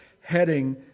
heading